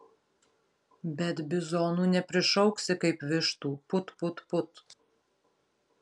bet bizonų neprišauksi kaip vištų put put put